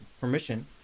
permission